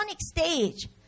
stage